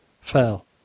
Fell